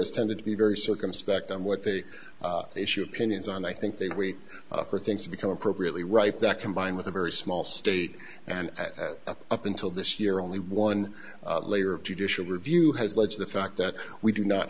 has tended to be very circumspect in what they issued opinions on i think they wait for things to become appropriately ripe that combine with a very small state and up until this year only one layer of judicial review has led to the fact that we do not